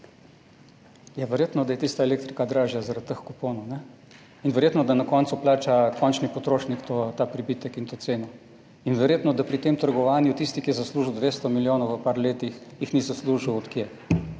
verjetno, da je tista elektrika dražja zaradi teh kuponov, in verjetno, da na koncu plača končni potrošnik ta pribitek in to ceno, in verjetno, da pri tem trgovanju tisti, ki je zaslužil 200 milijonov v nekaj letih, jih ni zaslužil –